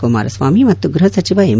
ಕುಮಾರಸ್ವಾಮಿ ಮತ್ತು ಗೃಹ ಸಚಿವ ಎಂ